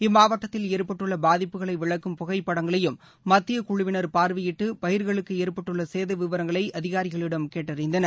இம்மாவட்டத்தில் ஏற்பட்டுள்ள பாதிப்புகளை விளக்கும் புகைப்படங்களையும் மத்திய குழுவினா் பார்வையிட்டு பயிர்களுக்கு ஏற்பட்டுள்ள சேத விவரங்களை அதிகாரிகளிடம் கேட்டறிந்தனர்